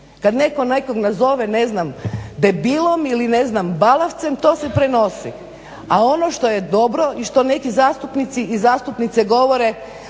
Kad netko nekog nazove ne znam debilom ili ne znam balavcem to se prenosi, a ono što je dobro i što neki zastupnici i zastupnice govore